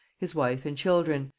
his wife and children,